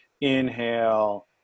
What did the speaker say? inhale